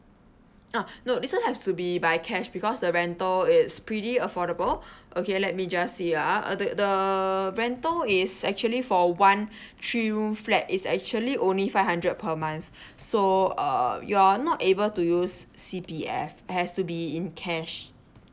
uh no this one has to be by cash because the rental is pretty affordable okay let me just see ah uh the the rental is actually for one three room flat is actually only five hundred per month so err you're not able to use C_P_F has to be in cash